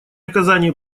оказании